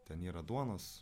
ten yra duonos